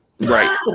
Right